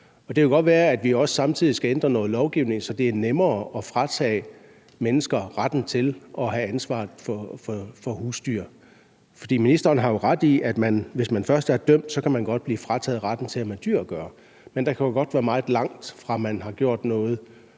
det kan jo godt være, at vi samtidig skal ændre noget lovgivning, så det er nemmere at fratage mennesker retten til at have ansvaret for husdyr. For ministeren har jo ret i, at hvis man først er dømt, kan man godt blive frataget retten til at have med dyr at gøre, men der kan jo godt være meget langt, fra man har gjort noget,